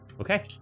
Okay